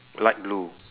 light blue